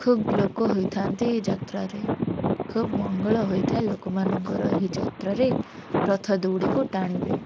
ଖୁବ୍ ଲୋକ ହୋଇଥାନ୍ତି ଏହି ଯାତ୍ରାରେ ଖୁବ୍ ମଙ୍ଗଳ ହୋଇଥାଏ ଲୋକମାନଙ୍କର ଏହି ଯାତ୍ରାରେ ରଥ ଦଉଡ଼ିକୁ ଟାଣିଲେ